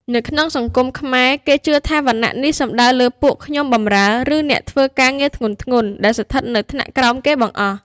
ក្នុងសង្គមខ្មែរ គេជឿថាវណ្ណៈនេះសំដៅលើពួកខ្ញុំបម្រើ ឬអ្នកធ្វើការងារធ្ងន់ៗដែលស្ថិតនៅថ្នាក់ក្រោមគេបង្អស់។